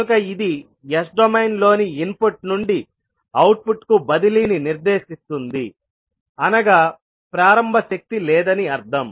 కనుక ఇది S డొమైన్లోని ఇన్పుట్ నుండి అవుట్పుట్ కు బదిలీని నిర్దేశిస్తుందిఅనగా ప్రారంభ శక్తి లేదని అర్ధం